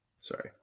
Sorry